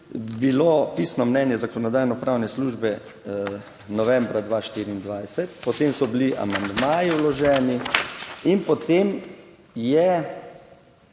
bilo pisno mnenje Zakonodajno-pravne službe novembra 2024. Potem so bili amandmaji vloženi in potem je